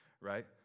right